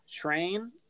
Train